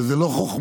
וזה לא חוכמה,